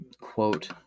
Quote